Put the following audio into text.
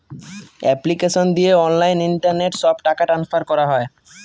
application দিয়ে online internet সব টাকা ট্রান্সফার করা হয়